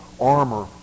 armor